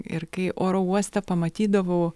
ir kai oro uoste pamatydavau